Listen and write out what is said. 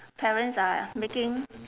parents are making